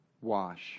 wash